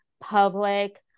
public